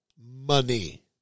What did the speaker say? Money